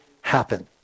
happen